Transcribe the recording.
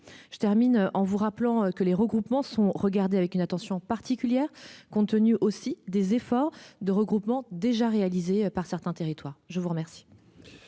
je termine en vous rappelant que les regroupements sont regardés avec une attention particulière compte tenu aussi des efforts de regroupement déjà réalisés par certains territoires. Je vous remercie.